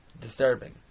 Disturbing